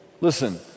Listen